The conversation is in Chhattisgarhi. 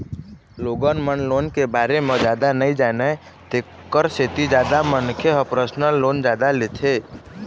लोगन मन लोन के बारे म जादा नइ जानय तेखर सेती जादा मनखे ह परसनल लोन जादा लेथे